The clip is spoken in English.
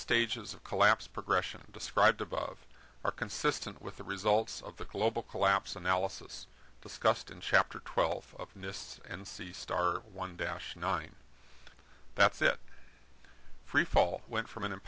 stages of collapse progression described above are consistent with the results of the global collapse analysis discussed in chapter twelve mists and sistar one dash nine that's it freefall went from an